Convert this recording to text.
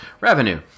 revenue